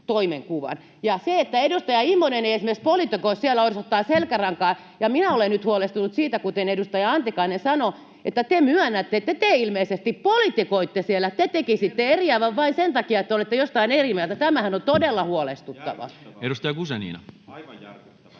esimerkiksi edustaja Immonen ei politikoi siellä, osoittaa selkärankaa, ja minä olen nyt huolestunut siitä, kuten edustaja Antikainen sanoi, että te myönnätte, että te ilmeisesti politikoitte siellä ja tekisitte eriävän vain sen takia, että te olette jostain eri mieltä. Tämähän on todella huolestuttavaa. [Sebastian Tynkkynen: Järkyttävää,